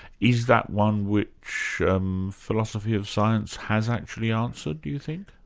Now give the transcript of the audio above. is that one which um philosophy of science has actually answered, do you think?